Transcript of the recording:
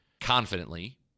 confidently